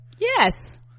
yes